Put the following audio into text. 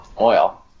oil